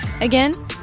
Again